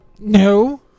No